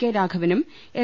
K രാഘവനും L